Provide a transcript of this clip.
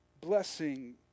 blessing